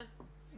כן.